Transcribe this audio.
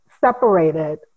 separated